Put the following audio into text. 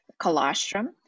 colostrum